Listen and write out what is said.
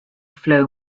flow